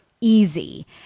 easy